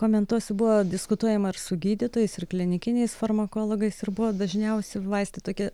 komentuosiu buvo diskutuojama ir su gydytojais ir klinikiniais farmakologais ir buvo dažniausi vaistai tokie